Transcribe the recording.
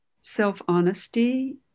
self-honesty